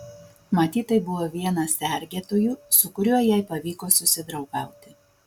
matyt tai buvo vienas sergėtojų su kuriuo jai pavyko susidraugauti